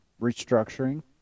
restructuring